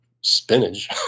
spinach